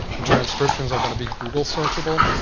the transcriptions are going to be google-searchable,